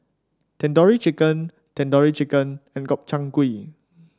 Tandoori Chicken Tandoori Chicken and Gobchang Gui